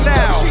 now